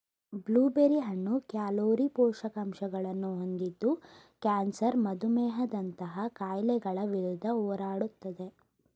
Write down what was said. blue berry ಹಣ್ಣು calorie, ಪೋಷಕಾಂಶಗಳನ್ನು ಹೊಂದಿದ್ದು ಕ್ಯಾನ್ಸರ್ ಮಧುಮೇಹದಂತಹ ಕಾಯಿಲೆಗಳ ವಿರುದ್ಧ ಹೋರಾಡುತ್ತದೆ